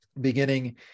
beginning